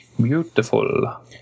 beautiful